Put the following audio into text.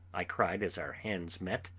i cried as our hands met.